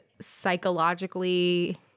psychologically